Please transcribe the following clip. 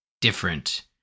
different